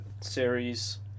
series